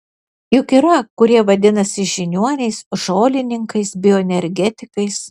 juk yra kurie vadinasi žiniuoniais žolininkais bioenergetikais